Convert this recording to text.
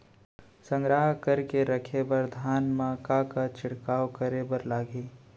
संग्रह करके रखे बर धान मा का का छिड़काव करे बर लागही?